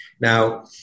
Now